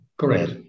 Correct